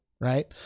right